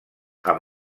amb